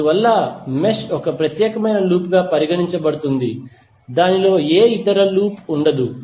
అందువల్ల మెష్ ఒక ప్రత్యేకమైన లూప్గా పరిగణించబడుతుంది దానిలో ఏ ఇతర లూప్ ఉండదు